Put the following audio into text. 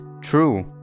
true